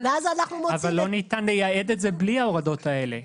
ואז אנחנו מוצאים --- אבל לא ניתן לייעד את זה בלי ההורדות האלה.